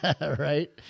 Right